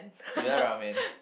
you like ramen